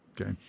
okay